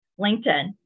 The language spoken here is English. LinkedIn